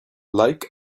like